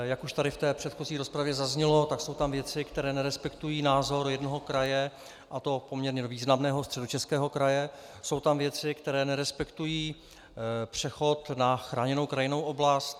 Jak už tady zaznělo v předchozí rozpravě, jsou tam věci, které nerespektují názor jednoho kraje, a to poměrně významného, Středočeského kraje, jsou tam věci, které nerespektují přechod na chráněnou krajinnou oblast.